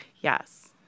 Yes